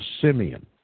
Simeon